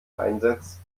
einsetzt